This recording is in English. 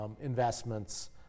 investments